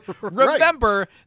Remember